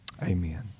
amen